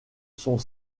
sont